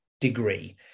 degree